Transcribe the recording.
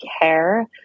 care